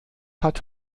hat